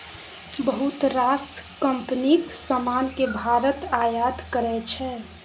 बहुत रास कंपनीक समान केँ भारत आयात करै छै